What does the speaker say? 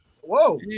Whoa